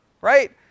right